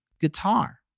guitar